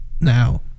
now